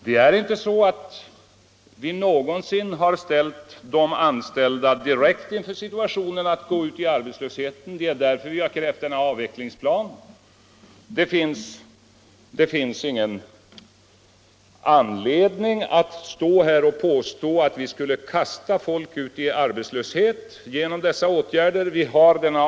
Vi har inte någonsin tänkt låta de anställda direkt stå inför arbetslöshet. Det är därför vi krävt en avvecklingsplan. Det finns ingen anledning att stå här och påstå att vi skulle kasta ut folk i arbetslöshet genom våra åtgärder.